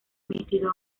emitido